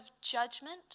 judgment